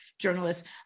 journalists